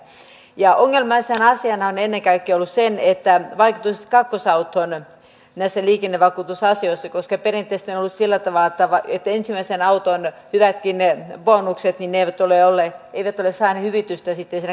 ongelmaisena asiana ovat olleet ennen kaikkea vaikutukset kakkosautoon näissä liikennevakuutusasioissa koska perinteisesti on ollut sillä tavalla että ensimmäisen auton hyvätkään bonukset eivät ole saaneet hyvitystä sitten siinä kakkosautossa